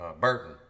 Burton